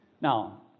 Now